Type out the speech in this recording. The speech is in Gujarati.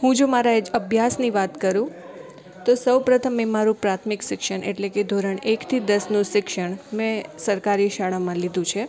હું જો મારા એજ અભ્યાસની વાત કરું તો સૌપ્રથમ મેં મારું પ્રાથમિક શિક્ષણ એટલે કે ધોરણ એક થી દસનું શિક્ષણ મેં સરકારી શાળામાં લીધું છે